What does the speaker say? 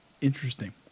Interesting